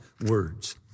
words